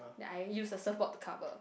then I use the surfboard to cover